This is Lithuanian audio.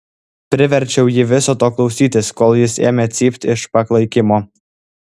priverčiau jį viso to klausytis kol jis ėmė cypt iš paklaikimo